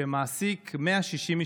שמעסיק 160 משפחות,